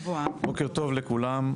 בוקר טוב לכולם.